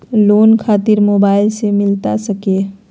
Loan खातिर mobile से मिलता सके?